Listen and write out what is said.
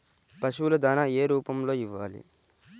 పశువుల దాణా ఏ రూపంలో ఇవ్వాలి?